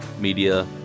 media